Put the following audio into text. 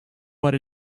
what